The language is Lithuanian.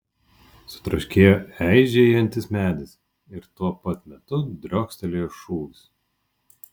sutraškėjo eižėjantis medis ir tuo pat metu driokstelėjo šūvis